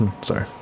Sorry